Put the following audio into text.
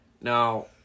Now